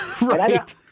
Right